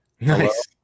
Nice